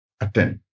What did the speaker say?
attend